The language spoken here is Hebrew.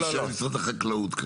אני שואל כרגע את משרד החקלאות.